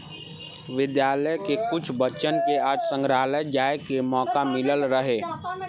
विद्यालय के कुछ बच्चन के आज संग्रहालय जाए के मोका मिलल रहे